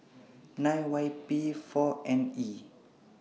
nine Y P four N E